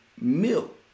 milk